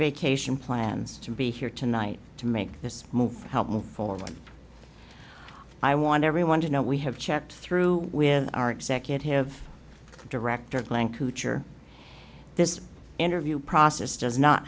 vacation plans to be here tonight to make this move help move forward i want everyone to know we have checked through with our executive director plank koocher this interview process does not